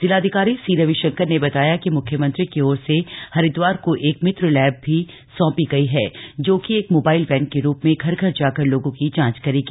जिलाधिकारी सी रविशंकर ने बताया कि मुख्यमंत्री की ओर से हरिदवार को एक मित्र लैब भी सौंपी गई है जो कि एक मोबाइल वैन के रूप में घर घर जाकर लोगों की जांच करेगी